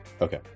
Okay